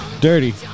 Dirty